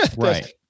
Right